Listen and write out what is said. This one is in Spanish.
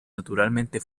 naturalmente